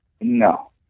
No